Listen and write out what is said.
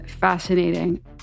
fascinating